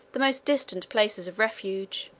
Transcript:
the most distant places of refuge.